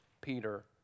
Peter